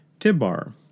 Tibbar